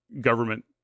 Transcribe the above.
government